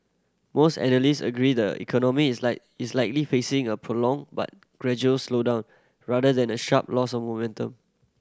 most analyst agree the economy is like is likely facing a prolonged but gradual slowdown rather than a sharp loss of momentum